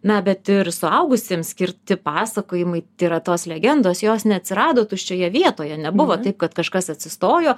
na bet ir suaugusiems skirti pasakojimai tai yra tos legendos jos neatsirado tuščioje vietoje nebuvo taip kad kažkas atsistojo